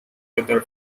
other